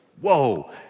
Whoa